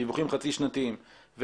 דיווחים חצי שנתיים שמחויבים בחוק,